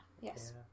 Yes